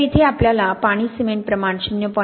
तर इथे आपल्याला पाणी सिमेंट प्रमाण 0